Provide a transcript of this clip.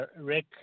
Rick